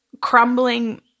crumbling